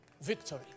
victory